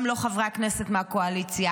גם לא חברי הכנסת מהקואליציה,